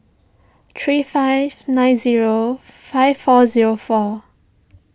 three five nine zero five four zero four